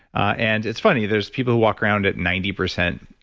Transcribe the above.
and it's funny there's people who walk around at ninety percent